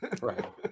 Right